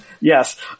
Yes